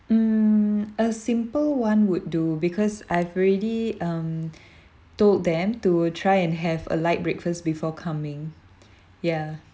mm a simple [one] would do because I've already um told them to try and have a light breakfast before coming ya